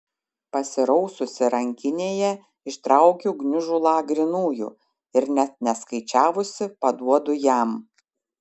pasiraususi rankinėje ištraukiu gniužulą grynųjų ir net neskaičiavusi paduodu jam